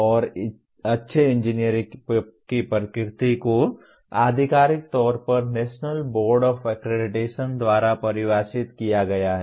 और अच्छे इंजीनियर की प्रकृति को आधिकारिक तौर पर नेशनल बोर्ड ऑफ अक्रेडिटेशन द्वारा परिभाषित किया गया है